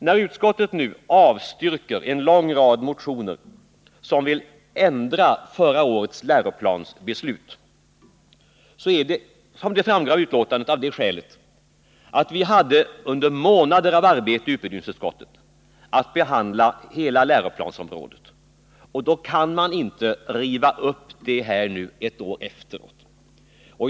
När utskottet nu avstyrker en lång rad motioner som vill ändra förra årets läroplansbeslut är det, som framgår av betänkandet, av det skälet att vi under månader av arbete i utbildningsutskottet hade att behandla hela läroplansområdet. Då kan man inte ett år efteråt riva upp detta beslut.